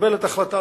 מקבלת החלטה,